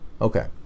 Okay